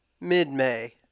mid-May